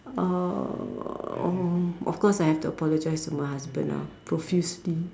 uh oh of course I have to apologize to my husband ah profusely